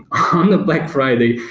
on a black friday,